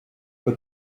but